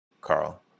Carl